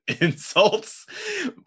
insults